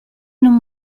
non